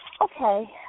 Okay